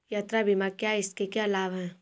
यात्रा बीमा क्या है इसके क्या लाभ हैं?